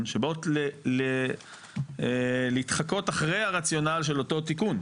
שבאות להתחקות אחרי הרציונל של אותו תיקון,